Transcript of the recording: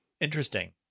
Interesting